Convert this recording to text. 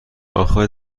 آخه